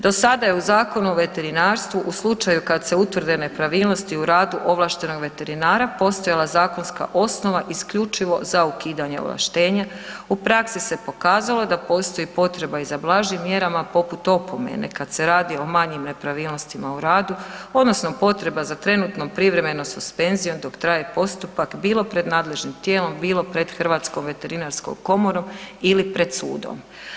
Do sada je u Zakonu o veterinarstvu, u slučaju kad se utvrde nepravilnosti u radu ovlaštenog veterinara, postojala zakonska osnova isključivo za ukidanje ovlaštenja, u praksi se pokazalo da postoji potreba i za blažim mjerama, poput opomene, kad se radi o manjim nepravilnostima u radu, odnosno potreba za trenutnom privremenom suspenzijom dok traje postupak, bilo pred nadležnim tijelom, bilo pred Hrvatskom veterinarskom komorom ili pred sudom.